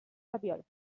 flabiol